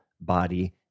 body